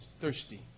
thirsty